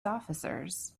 officers